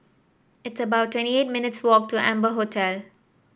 it's about twenty eight minutes' walk to Amber Hotel